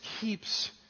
keeps